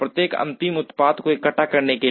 प्रत्येक अंतिम उत्पाद को इकट्ठा करने के लिए